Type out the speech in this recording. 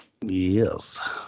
Yes